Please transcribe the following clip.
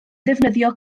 ddefnyddio